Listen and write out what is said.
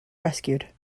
rescued